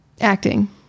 Acting